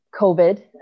COVID